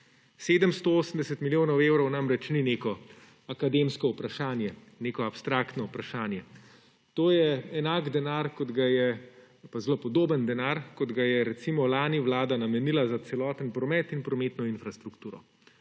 780 milijonov evrov namreč ni neko akademsko vprašanje, neko abstraktno vprašanje. To je enak denar ali pa zelo podoben denar, kot ga je recimo lani Vlada namenila za celoten promet in prometno infrastrukturo,